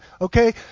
okay